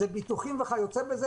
זה ביטוחים וכיוצא בזה,